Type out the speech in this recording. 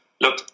look